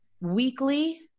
Weekly